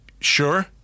Sure